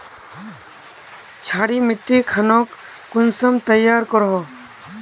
क्षारी मिट्टी खानोक कुंसम तैयार करोहो?